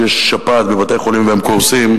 שיש שפעת בבתי-חולים והם קורסים,